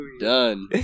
Done